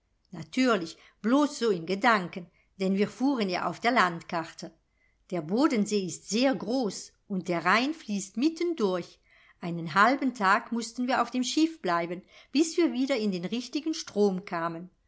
natürlich blos so in gedanken denn wir fuhren ja auf der landkarte der bodensee ist sehr groß und der rhein fließt mitten durch einen halben tag mußten wir auf dem schiff bleiben bis wir wieder in den richtigen strom kamen